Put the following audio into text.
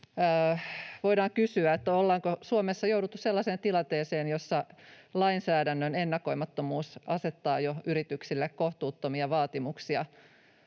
Voidaan kysyä, ollaanko Suomessa jouduttu sellaiseen tilanteeseen, jossa lainsäädännön ennakoimattomuus asettaa yrityksille jo kohtuuttomia vaatimuksia